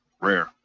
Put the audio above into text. rare